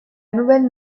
nouvelle